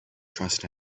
trust